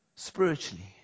Spiritually